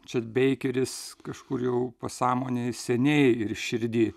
čia beikeris kažkur jau pasąmonėj seniai ir širdy